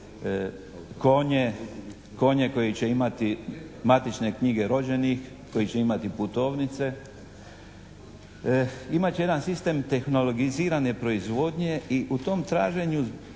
konje, koji će imati matične knjige rođenih, koji će imati putovnice. Imat će jedan sistem tehnologizirane proizvodnje i u tom traženju